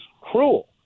cruel